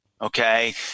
Okay